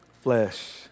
flesh